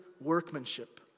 workmanship